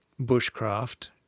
bushcraft